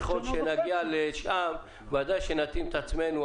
ככל שנגיע לשם, ודאי שנתאים את עצמנו.